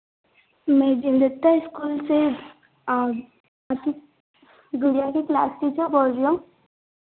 मैं देंडेटा स्कूल से आपकी गुड़िया की क्लास टीचर बोल रही हूँ